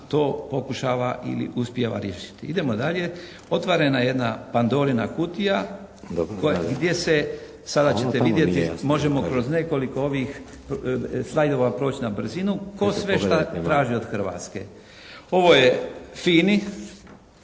to pokušava ili uspijeva riješiti. Otvorena je jedna Pandorina kutija gdje se sada ćete vidjeti, možemo kroz nekoliko ovih slajdova proći na brzinu, tko sve šta traži od Hrvatske. Ovo je Fini,